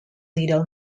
little